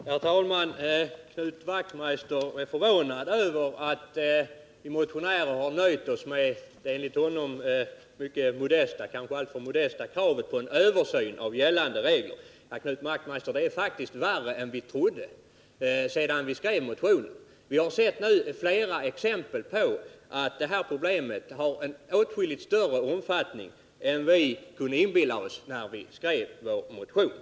Herr talman! Knut Wachtmeister är förvånad över att vi motionärer nöjt oss med detta enligt hans uppfattning mycket modesta, kanske alltför modesta, krav på en översyn av gällande regler. Men, Knut Wachtmeister, det är faktiskt värre än vi trodde när vi skrev motionen. Vi har nu sett flera exempel på att det här problemet har betydligt större omfattning än vi kunde föreställa oss när vi skrev vår motion.